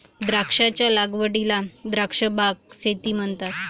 द्राक्षांच्या लागवडीला द्राक्ष बाग शेती म्हणतात